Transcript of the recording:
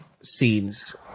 scenes